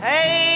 Hey